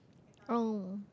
oh